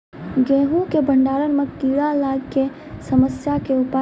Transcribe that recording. गेहूँ के भंडारण मे कीड़ा लागय के समस्या के उपाय?